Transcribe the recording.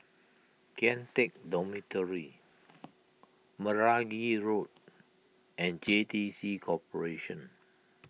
Kian Teck Dormitory Meragi Road and J T C Corporation